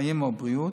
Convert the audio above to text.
חיים או בריאות,